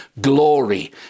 glory